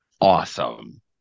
awesome